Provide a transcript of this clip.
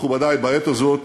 מכובדי, בעת הזאת